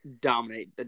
dominate